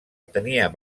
tenia